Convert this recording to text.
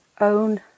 own